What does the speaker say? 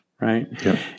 right